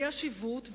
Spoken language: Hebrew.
יש עיוות,